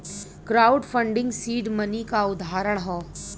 crowd funding seed money क उदाहरण हौ